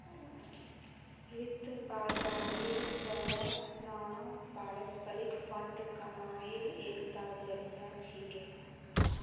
वित्त बाजारेर त न पारस्परिक फंड कमाईर एकता जरिया छिके